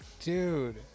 Dude